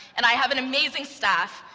and i have an amazing staff.